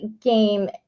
game